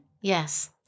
Yes